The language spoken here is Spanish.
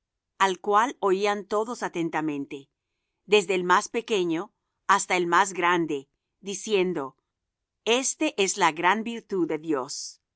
al cual oían todos atentamente desde al más pequeño hasta el más grande diciendo este es la gran virtud de dios